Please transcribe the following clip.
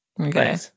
okay